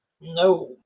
No